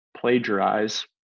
plagiarize